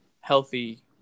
healthy